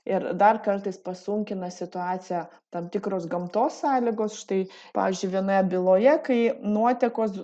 ir dar kartais pasunkina situaciją tam tikros gamtos sąlygos štai pavyzdžiui vienoje byloje kai nuotekos